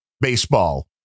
baseball